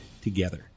together